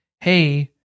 hey